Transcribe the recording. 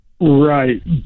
right